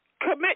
Commit